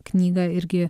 knygą irgi